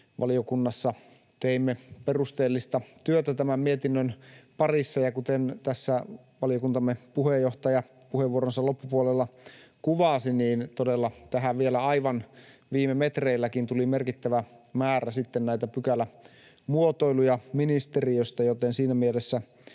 Valiokunnassa teimme perusteellista työtä tämän mietinnön parissa, ja kuten tässä valiokuntamme puheenjohtaja puheenvuoronsa loppupuolella kuvasi, todella tähän vielä aivan viime metreilläkin tuli merkittävä määrä sitten näitä pykälämuotoiluja ministeriöstä, joten siinä mielessä